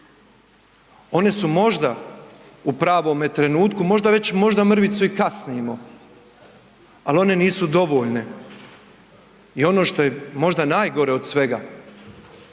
One su možda u pravome trenutku možda već možda mrvicu i kasnimo, al one nisu dovoljne. I ono što je možda najgore od svega,